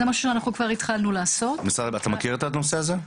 משרד הבריאות, אתם מכירים את הנושא הזה?